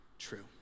true